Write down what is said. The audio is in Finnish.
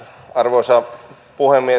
arvoisa puhemies